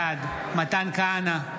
בעד מתן כהנא,